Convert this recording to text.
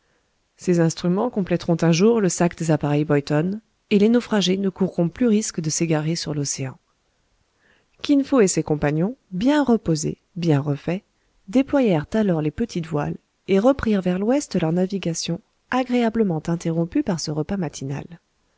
ces instruments compléteront un jour le sac des appareils boyton et les naufragés ne courront plus risque de s'égarer sur l'océan kin fo et ses compagnons bien reposés bien refaits déployèrent alors les petites voiles et reprirent vers l'ouest leur navigation agréablement interrompue par ce repas matinal